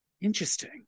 interesting